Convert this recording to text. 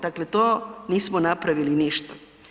Dakle, to nismo napravili ništa.